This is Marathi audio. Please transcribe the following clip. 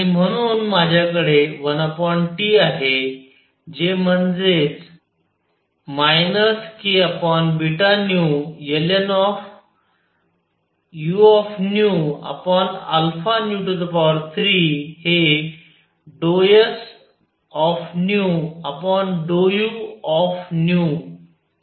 आणि म्हणून माझ्याकडे 1T आहे जे म्हणजेच kβνln⁡ हे ∂s ν ∂uν च्या एवढे आहे